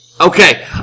Okay